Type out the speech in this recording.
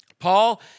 Paul